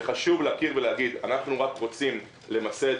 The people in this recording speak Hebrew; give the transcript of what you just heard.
וחשוב להכיר ולהגיד שאנחנו רק רוצים למסד,